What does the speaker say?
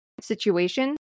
situation